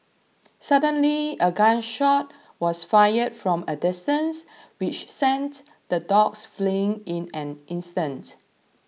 suddenly a gun shot was fired from a distance which sent the dogs fleeing in an instant